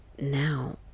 Now